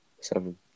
Seven